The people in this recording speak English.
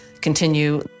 continue